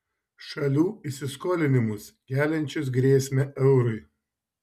šalių įsiskolinimus keliančius grėsmę eurui